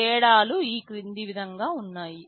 తేడాలు ఈ క్రింది విధంగా ఉన్నాయి